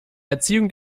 erziehung